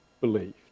believed